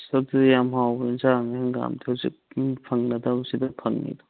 ꯑꯁ ꯑꯗꯨꯗꯤ ꯌꯥꯝ ꯍꯥꯎꯕ ꯌꯦꯟꯁꯥꯡꯅꯤ ꯍꯪꯒꯥꯝꯗꯤ ꯍꯧꯖꯤꯛ ꯃꯤ ꯐꯪꯅꯗꯕꯁꯤꯗ ꯐꯪꯏꯗꯣ